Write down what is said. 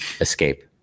escape